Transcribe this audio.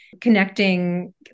connecting